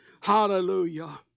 Hallelujah